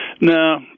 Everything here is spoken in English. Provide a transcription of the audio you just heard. No